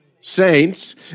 saints